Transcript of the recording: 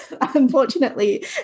unfortunately